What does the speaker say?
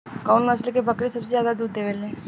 कउन नस्ल के बकरी सबसे ज्यादा दूध देवे लें?